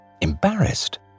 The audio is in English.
Embarrassed